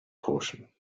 caution